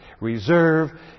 Reserve